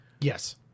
yes